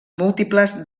múltiples